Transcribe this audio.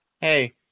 hey